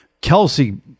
Kelsey